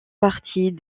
partie